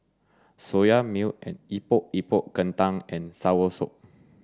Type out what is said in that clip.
soya milk and epok epok kentang and soursop